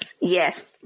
yes